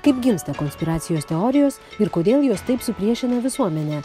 kaip gimsta konspiracijos teorijos ir kodėl jos taip supriešina visuomenę